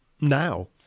now